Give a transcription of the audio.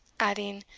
adding,